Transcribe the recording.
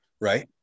right